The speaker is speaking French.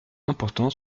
important